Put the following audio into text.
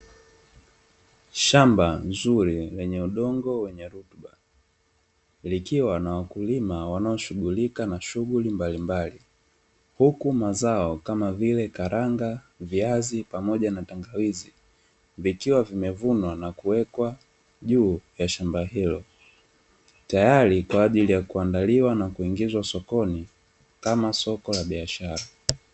Shamba zuri lenye udongo wenye rutuba likiwa na wakulima wanaoshughulika na shughuli mbalimbali, huku mazao kama vile karanga, viazi pamoja na tangawizi vikiwa vimevunwa na kuwekwa juu ya shamba ilo tayari kwa ajili ya kuandaliwa nakuingizwa sokoni kama soko la biashara.